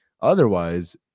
Otherwise